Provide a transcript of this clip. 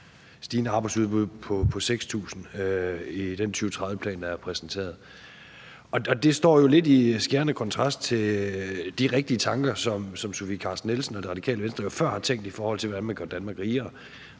stigende arbejdsudbud på 6.000 i den 2030-plan, der er præsenteret. Det står lidt i skærende kontrast til de rigtige tanker, som Sofie Carsten Nielsen og Radikale Venstre jo før har tænkt, i forhold til hvordan man gør Danmark rigere.